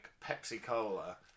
Pepsi-Cola